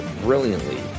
brilliantly